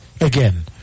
Again